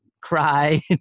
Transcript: cry